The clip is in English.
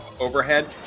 overhead